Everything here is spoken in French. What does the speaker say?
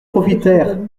profitèrent